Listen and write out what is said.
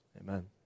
Amen